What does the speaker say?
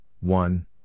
one